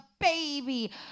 baby